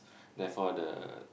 therefore the